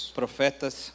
profetas